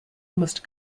must